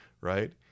right